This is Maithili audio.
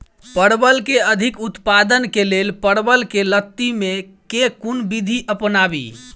परवल केँ अधिक उत्पादन केँ लेल परवल केँ लती मे केँ कुन विधि अपनाबी?